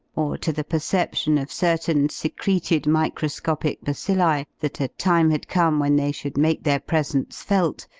or to the perception of certain secreted microscopic bacilli that a time had come when they should make their presence felt,